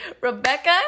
Rebecca